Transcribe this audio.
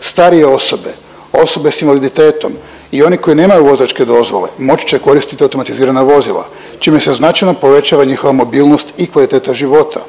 starije osobe, osobe s invaliditetom i oni koji nemaju vozačke dozvole moći će koristiti automatizirana vozila, čime se značajno povećava njihova mobilnost i kvaliteta života.